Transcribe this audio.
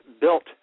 built